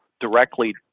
directly